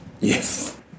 Yes